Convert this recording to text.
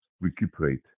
recuperate